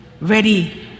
ready